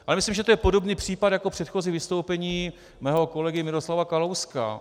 Ale já myslím, že to je podobný případ jako předchozí vystoupení mého kolegy Miroslava Kalouska.